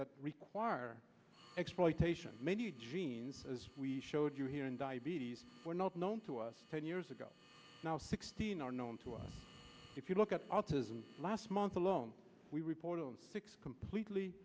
that require exploitation many genes as we showed you here in diabetes were not known to us ten years ago now sixteen are known to us if you look at autism last month alone we reported on six completely